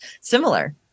similar